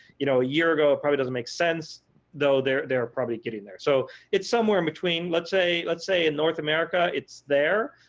you know a year ago it probably doesn't make sense though they're they're probably getting there. so it's somewhere in between. let's say let's say in north america it's there,